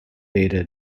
beta